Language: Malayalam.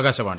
ആകാശവാണി